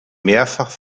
mehrfach